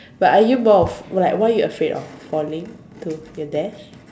but are you more of what what you afraid of falling to your death